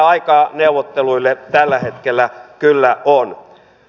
aikaa neuvotteluille tällä hetkellä kyllä on